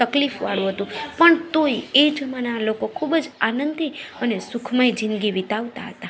તકલીફ વાળું હતું પણ તોય એ જમાના ખૂબ જ આનંદથી અને સુખમય જિંદગી વિતાવતા હતા